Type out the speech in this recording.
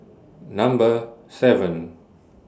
Number seven